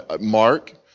Mark